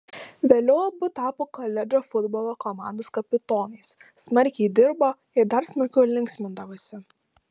vėliau abu tapo koledžo futbolo komandos kapitonais smarkiai dirbo ir dar smarkiau linksmindavosi